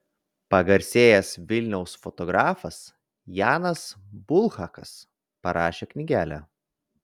pagarsėjęs vilniaus fotografas janas bulhakas parašė knygelę